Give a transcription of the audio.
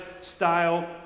style